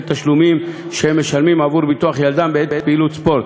התשלומים שהם משלמים עבור ביטוח ילדם בעת פעילות ספורט.